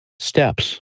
Steps